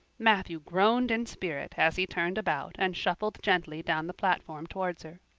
matthew groaned in spirit as he turned about and shuffled gently down the platform towards her.